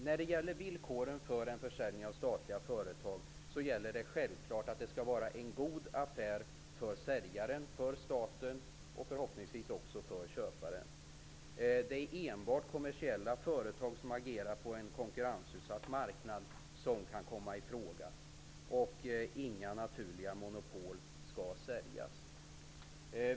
När det gäller villkoren för en försäljning av statliga företag skall det självfallet vara en god affär för säljaren, för staten, och förhoppningsvis också för köparen. Det är enbart kommersiella företag som agerar på en konkurrensutsatt marknad som kan komma i fråga. Inga naturliga monopol skall säljas.